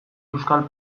euskal